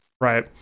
Right